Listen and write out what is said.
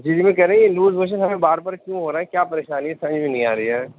جی جی میں کہہ رہا ہوں یہ لوز موشن ہمیں بار بار کیوں ہو رہا ہیں کیا پریشانی ہے سج میں نہیں آ رہی ہے